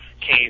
case